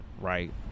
right